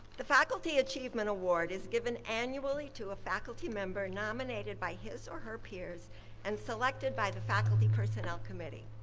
the faculty achievement award is given annually to a faculty member nominated by his or her peers and selected by the faculty personnel committee.